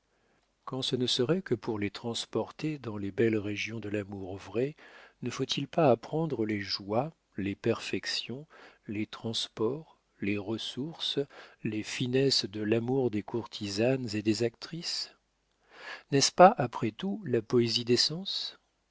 quand ce ne serait que pour les transporter dans les belles régions de l'amour vrai ne faut-il pas apprendre les joies les perfections les transports les ressources les finesses de l'amour des courtisanes et des actrices n'est-ce pas après tout la poésie des